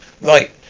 Right